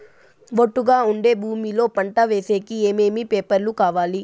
ఒట్టుగా ఉండే భూమి లో పంట వేసేకి ఏమేమి పేపర్లు కావాలి?